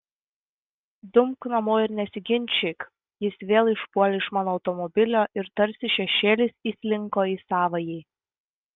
dumk namo ir nesiginčyk jis vėl išpuolė iš mano automobilio ir tarsi šešėlis įslinko į savąjį